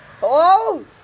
Hello